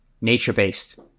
nature-based